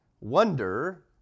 wonder